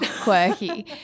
quirky